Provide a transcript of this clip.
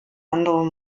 anderem